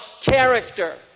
character